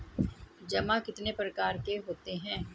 जमा कितने प्रकार के होते हैं?